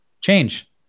change